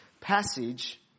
passage